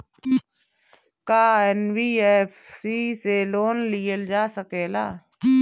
का एन.बी.एफ.सी से लोन लियल जा सकेला?